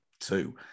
two